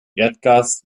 erdgas